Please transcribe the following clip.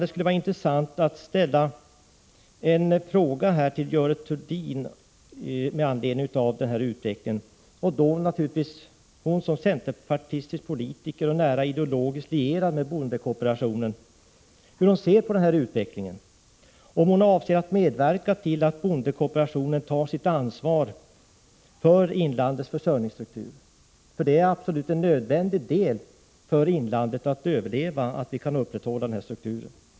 Det skulle vara intressant att få svar av Görel Thurdin, centerpartistisk politiker och nära lierad med bondekooperationen, på frågan hur hon ser på utvecklingen och om hon avser att medverka till att bondekooperationen tar sitt ansvar för inlandets försörjningsstruktur. Det är absolut nödvändigt för inlandets överlevnad att vi kan upprätthålla den strukturen.